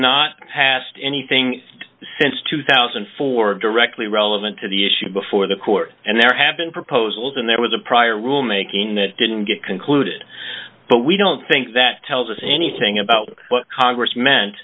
not passed anything since two thousand and four directly relevant to the issue before the court and there have been proposals and there was a prior rule making that didn't get concluded but we don't think that tells us anything about what congress me